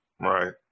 Right